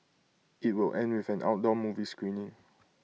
IT will end with an outdoor movie screening